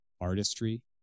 artistry